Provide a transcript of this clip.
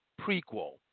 prequel